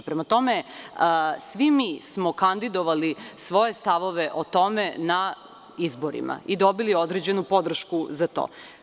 Prema tome, svi mi smo kandidovali svoje stavove o tome na izborima i dobili određenu podršku za to.